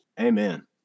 Amen